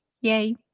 Yay